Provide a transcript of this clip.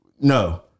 No